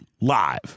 live